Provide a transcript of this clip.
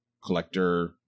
collector